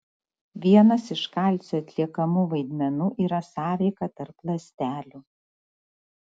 vienas iš kalcio atliekamų vaidmenų yra sąveika tarp ląstelių